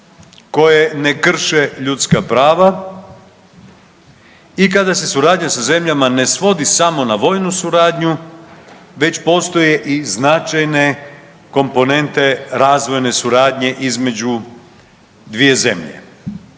koje ne krše ljudska prava i kada se suradnja sa zemljama ne svodi samo na vojnu suradnju već postoje i značajne komponente razvojne suradnje između dvije zemlje.